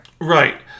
Right